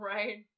Right